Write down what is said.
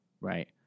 right